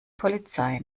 polizei